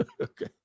Okay